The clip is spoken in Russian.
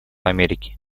америки